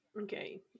Okay